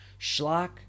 Schlock